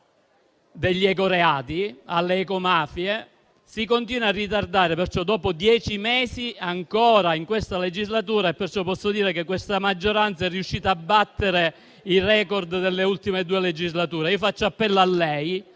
degli ecoreati e alle ecomafie si continua a ritardare. Sono passati dieci mesi in questa legislatura e posso dire che questa maggioranza è riuscita a battere il *record* delle ultime due legislature. Faccio appello a lei